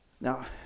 Now